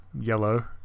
Yellow